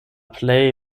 plej